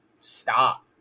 stop